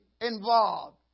involved